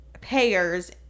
payers